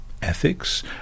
Ethics